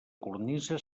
cornisa